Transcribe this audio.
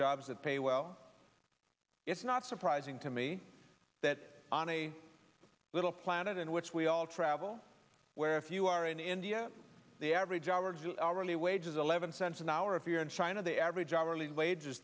jobs that pay well it's not surprising to me that on a little planet in which we all travel where a few are in india the average hour just hourly wage is eleven cents an hour if you're in china the average hourly wage